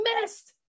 missed